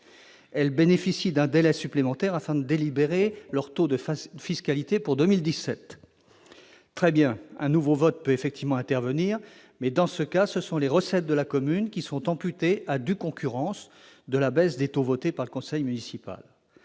Elles bénéficient d'un délai supplémentaire pour délibérer leurs taux de fiscalité pour 2017. Un nouveau vote peut effectivement intervenir, mais, dans ce cas, les recettes de la commune sont amputées à due concurrence de la baisse des taux votée par le conseil municipal.